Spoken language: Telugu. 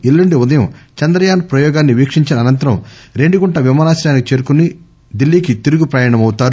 ఎల్లుండి ఉదయం చంద్రయాన్ ప్రయోగాన్ని వీక్షించిన అనంతరం రేణిగుంట విమానాశ్రయానికి చేరుకుని ఢిల్లీకి తిరుగు ప్రయాణమవుతారు